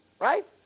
Right